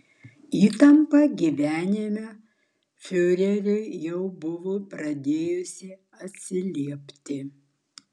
įtampa gyvenime fiureriui jau buvo pradėjusi atsiliepti